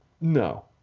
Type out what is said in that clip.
No